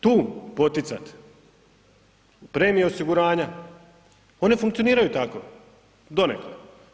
Tu poticati premijer osiguranja, one funkcioniraju tako, donekle.